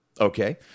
Okay